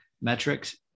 metrics